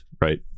right